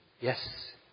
yes